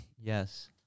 Yes